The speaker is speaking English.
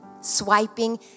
swiping